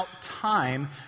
time